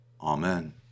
Amen